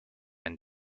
and